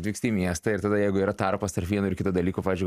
vyksti į miestą ir tada jeigu yra tarpas tarp vieno ir kito dalyko pavyzdžiui